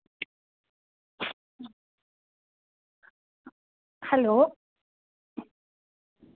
hello